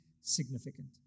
significant